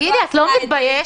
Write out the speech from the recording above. תגידי, את לא מתביישת?